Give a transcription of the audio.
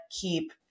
keep